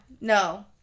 No